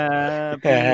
Happy